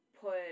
put